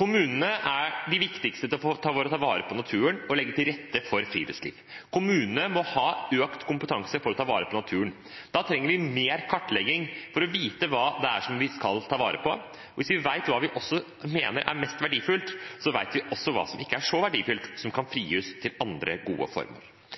som er de viktigste når det gjelder å ta vare på naturen og legge til rette for friluftsliv. Kommunene må ha økt kompetanse for å ta vare på naturen. Da trenger vi mer kartlegging, for å vite hva vi skal ta vare på. Hvis vi vet hva vi mener er mest verdifullt, vet vi også hva som ikke er så verdifullt, og som kan frigis til andre gode formål.